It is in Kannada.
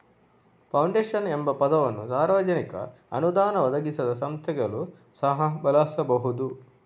ಫೌಂಡೇಶನ್ ಎಂಬ ಪದವನ್ನು ಸಾರ್ವಜನಿಕ ಅನುದಾನ ಒದಗಿಸದ ಸಂಸ್ಥೆಗಳು ಸಹ ಬಳಸಬಹುದು